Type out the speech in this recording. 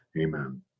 Amen